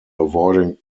avoiding